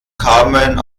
kamen